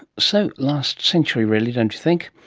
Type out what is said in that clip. so last century really, don't you think?